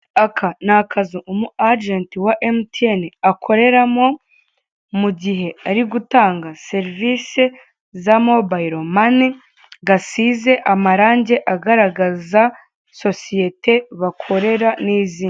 Aka ni akazu umu ajenti wa emutiyeni akoreramo, mu gihe ari gutanga serivise za mobayilo mani, gasize amarange agaragaza sosiyete bakorera, n'izina.